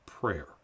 Prayer